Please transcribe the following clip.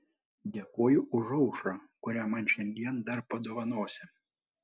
dėkoju už aušrą kurią man šiandien dar padovanosi